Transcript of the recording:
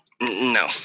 No